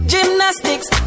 Gymnastics